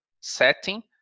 setting